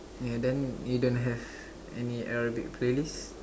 yeah then you don't have any Arabic playlists